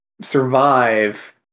survive